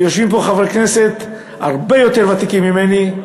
יושבים פה חברי כנסת הרבה יותר ותיקים ממני,